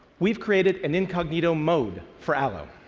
we've created an incognito mode for allo.